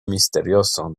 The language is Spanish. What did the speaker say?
misterioso